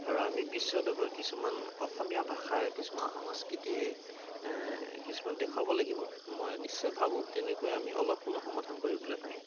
আৰু আমি বিশ্বদৰবাৰত কিছুমান অসমীয়া ভাষাৰ কিছুমান সংস্কৃতিৰে কিছুমান দেখুৱাব লাগিব মই নিশ্চয় ভাবোঁ তেনেকৈ আমি অলপ হ'লেও সমাধান কৰিবলৈ পাৰিম